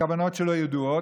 והכוונות שלו ידועות,